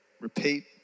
Repeat